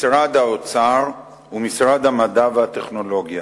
משרד האוצר ומשרד המדע והטכנולוגיה.